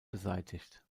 beseitigt